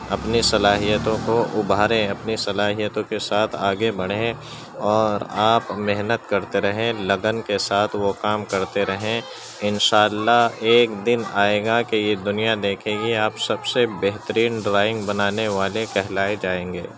اپنی صلاحیتوں کو ابھاریں اپنی صلاحیتوں کے ساتھ آگے بڑھیں اور آپ محنت کرتے رہیں لگن کے ساتھ وہ کام کرتے رہیں ان شاء اللہ ایک دن آئے گا کہ یہ دنیا دیکھے گی آپ سب سے بہترین ڈرائنگ بنانے والے کہلائے جائیں گے